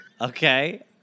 Okay